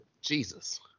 Jesus